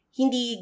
hindi